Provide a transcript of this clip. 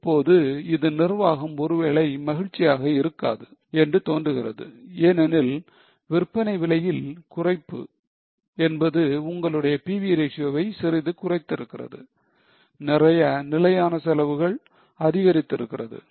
இப்பொழுது இது நிர்வாகம் ஒருவேளை மகிழ்ச்சியாக இருக்காது என்று தோன்றுகிறது ஏனெனில் விற்பனை விலையில் குறைப்பு என்பது உங்களுடைய PV ratio வை சிறிது குறைந்திருக்கிறது நிறைய நிலையான செலவுகள் அதிகரித்து இருக்கிறது